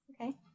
Okay